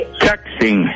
Texting